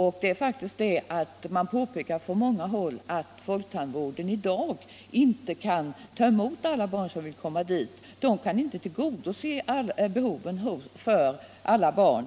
och det är Onsdagen den att det på många_ håll påpekas att folktandvården i dag inte kan ta cmot 10 november 1976 alla barn som vill komma dit, de kan inte tillgodose behoven för alla barn.